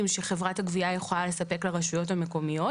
שחברת הגבייה יכולה לספק לרשויות המקומיות.